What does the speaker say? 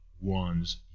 one's